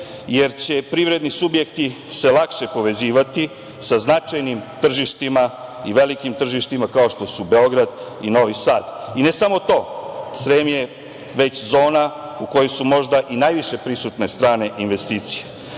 jer će se privredni subjekti lakše povezivati sa značajnim i velikim tržištima, kao što su Beograd i Novi Sad.I ne samo to, Srem je već zona u kojoj su možda i najviše prisutne strane investicije,